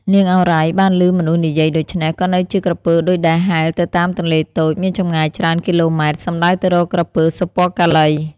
នាងឱរ៉ៃ បានឮមនុស្សនិយាយដូច្នេះ ក៏នៅជាក្រពើដូចដែលហែលទៅតាមទន្លេតូច មានចម្ងាយច្រើន គីឡូម៉ែត្រ សំដៅទៅរកក្រពើ សុពណ៌កាឡី។